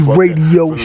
radio